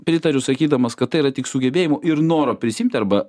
pritariu sakydamas kad tai yra tik sugebėjimų ir noro prisiimti arba